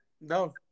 no